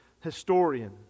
historian